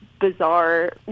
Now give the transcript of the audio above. bizarre